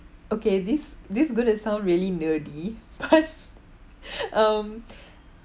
okay this this is going to sound really nerdy but um